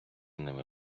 ними